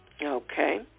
Okay